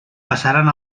passaren